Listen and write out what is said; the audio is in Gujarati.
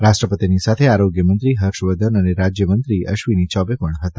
રાષ્ટ્રપતિની સાથે આરોગ્યમંત્રી હર્ષવર્ધન અને રાજયમંત્રી અશ્વીની યૌબે પણ હતા